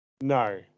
No